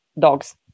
Dogs